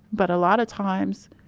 but a lot of times,